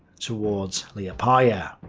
towards liepaja.